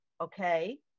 okay